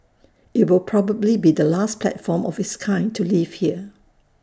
IT will probably be the last platform of its kind to leave here